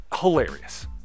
hilarious